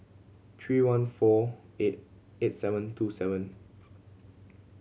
three one four eight eight seven two seven